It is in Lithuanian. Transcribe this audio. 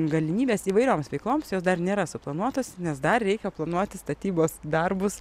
galimybės įvairioms veikloms jos dar nėra suplanuotas nes dar reikia planuoti statybos darbus